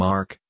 Mark